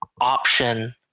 option